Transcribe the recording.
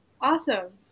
awesome